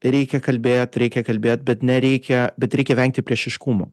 reikia kalbėt reikia kalbėt bet nereikia bet reikia vengti priešiškumo